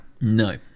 No